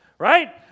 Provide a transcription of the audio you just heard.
Right